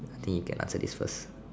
I think you can answer this first